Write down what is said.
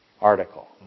article